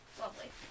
lovely